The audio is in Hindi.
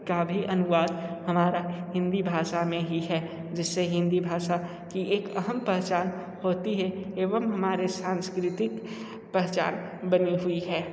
भी अनुवाद हमारा हिंदी भाषा में ही है जिससे हिंदी भाषा की एक अहम पहचान होती है एवम हमारी सांस्कृतिक पहचान बनी हुई है